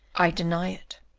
i deny it.